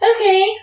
Okay